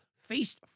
faced